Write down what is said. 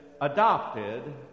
adopted